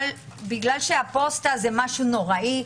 כי הפוסטה זה משהו נוראי,